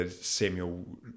Samuel